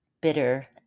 bitter